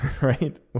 right